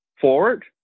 forward